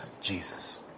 Jesus